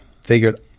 figured